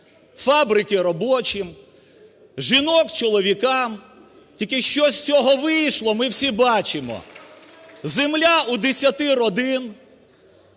фабрики – робочим, жінок – чоловікам. Тільки що з цього вийшло, ми всі бачимо. Земля - у десяти родин.